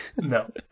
No